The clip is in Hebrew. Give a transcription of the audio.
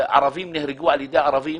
ערבים שנהרגו בידי ערבים,